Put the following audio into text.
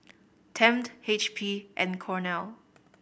Tempt H P and Cornell